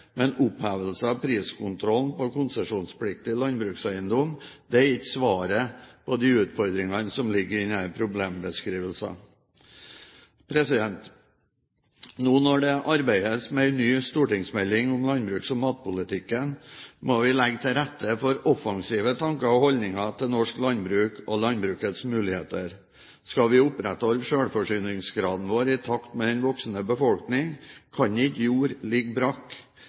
men opphevelse av priskontrollen på konsesjonspliktig landbrukseiendom er ikke svaret på de utfordringene som ligger i denne problembeskrivelsen. Nå når det arbeides med en ny stortingsmelding om landbruks- og matpolitikken, må vi legge til rette for offensive tanker og holdninger til norsk landbruk og landbrukets muligheter. Skal vi opprettholde selvforsyningsgraden vår i takt med en voksende befolkning, kan ikke jord ligge brakk.